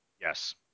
Yes